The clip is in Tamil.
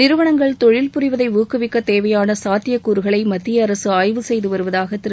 நிறுவனங்கள் தொழில் புரிவதை ஊக்குவிக்க தேவையாள சாத்தியக் கூறுகளை மத்திய அரசு ஆய்வு செய்து வருவதாக திரு